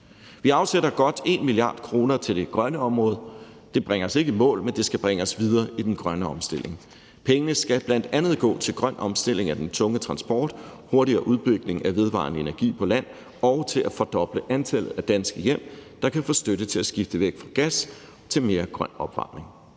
Vi afsætter godt 1 mia. kr. til det grønne område. Det bringer os ikke i mål, men det skal bringe os videre i den grønne omstilling. Pengene skal bl.a. gå til en grøn omstilling af den tunge transport, en hurtigere udbygning af vedvarende energi på land, og til at fordoble antallet af danske hjem, der kan få støtte til at skifte fra gas til mere grøn opvarmning.